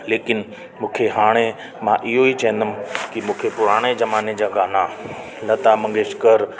लेकिन मूंखे हाणे मां इहेई चहिंदुमि की मूंखे पुराणे ज़माने जा गाणा लता मंगेशकर